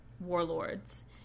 warlords